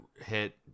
hit